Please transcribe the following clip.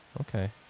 Okay